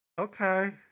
Okay